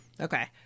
Okay